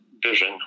Vision